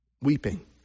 weeping